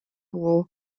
war